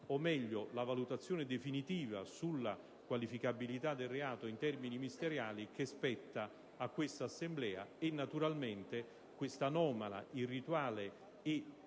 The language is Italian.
o meglio la valutazione definitiva sulla qualificabilità del reato in termini ministeriali, che spetta a questa Assemblea; naturalmente questa anomala, irrituale e,